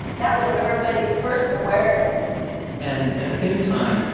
that was everybody's first awareness and at the same time,